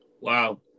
Wow